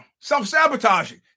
self-sabotaging